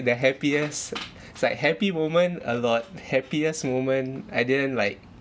the happiest it's like happy moment a lot happiest moment I didn't like